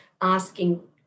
asking